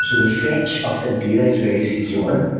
so the fetch of the data is very secure,